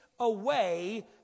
...away